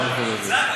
המערכת הזאת.